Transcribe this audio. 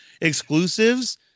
exclusives